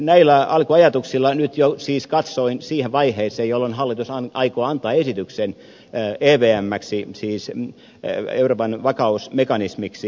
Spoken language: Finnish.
näillä alkuajatuksilla nyt jo siis katsoin siihen vaiheeseen jolloin hallitus aikoo antaa esityksen evmksi siis euroopan vakausmekanismiksi